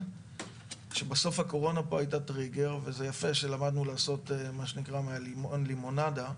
שבסוף הקורונה הייתה טריגר ויפה שלמדנו לעשות מהלימון לימונדה.